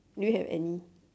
do you have any